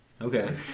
Okay